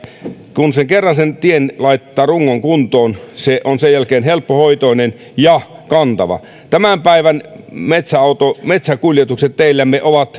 kun kerran sen tienrungon laittaa kuntoon se on sen jälkeen helppohoitoinen ja kantava tämän päivän metsäkuljetukset teillämme ovat